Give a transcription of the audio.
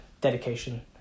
dedication